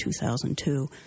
2002